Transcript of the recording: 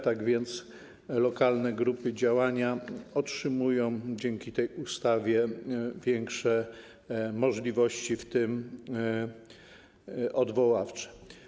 Tak więc lokalne grupy działania otrzymują dzięki tej ustawie większe możliwości, w tym odwoławcze.